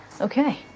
Okay